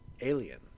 Alien